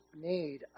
need